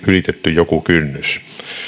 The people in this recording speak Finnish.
ylitetty joku kynnys